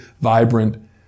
vibrant